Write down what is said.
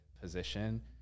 position